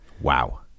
wow